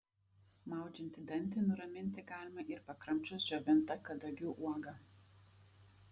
maudžiantį dantį nuraminti galima ir pakramčius džiovintą kadagių uogą